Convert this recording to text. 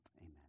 Amen